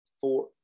four